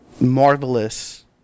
marvelous